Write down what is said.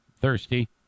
Thirsty